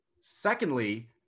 Secondly